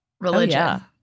religion